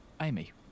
Amy